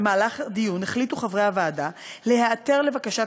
במהלך הדיון החליטו חברי הוועדה להיעתר לבקשת